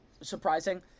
surprising